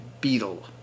Beetle